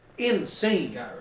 Insane